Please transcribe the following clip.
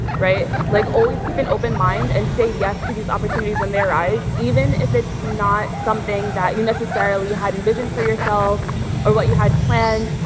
right, like always keep an open mind and say yes to these opportunities when they arise, even if it's not something that you necessary had envisioned for yourself or what you had planned.